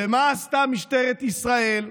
ומה עשתה משטרת ישראל,